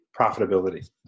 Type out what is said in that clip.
profitability